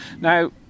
Now